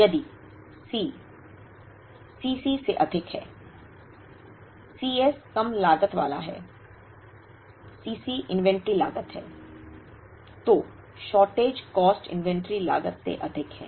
यदि C C c से अधिक है C s कम लागत वाला है C c इन्वेंट्री लागत है तो शॉर्टेज कॉस्ट इन्वेंट्री लागत से अधिक है